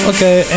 Okay